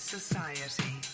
Society